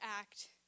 act